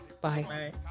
bye